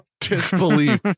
disbelief